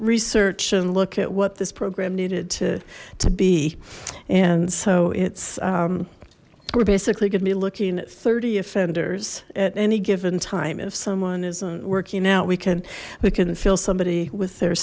research and look at what this program needed to to be and so it's we're basically going to be looking at thirty offenders at any given time if someone isn't working out we can we can feel somebody with their